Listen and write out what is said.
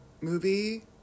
Movie